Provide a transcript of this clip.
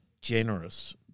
generous